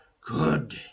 good